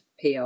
PR